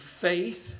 faith